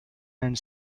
and